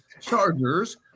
Chargers